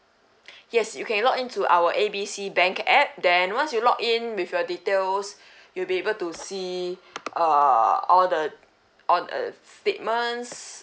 yes you can log into our A B C bank app then once you logged in with your details you'll be able to see err all the all the statements